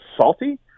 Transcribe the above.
salty